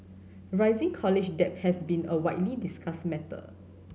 rising college debt has been a widely discussed matter